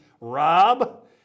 Rob